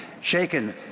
shaken